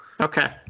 Okay